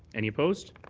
any opposed?